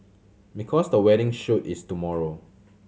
because the wedding shoot is tomorrow